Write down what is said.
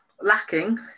lacking